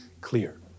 clear